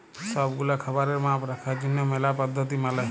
সব গুলা খাবারের মাপ রাখার জনহ ম্যালা পদ্ধতি মালে